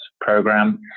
program